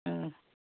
ꯎꯝ